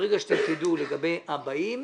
ברגע שאתם תדעו לגבי הבאים,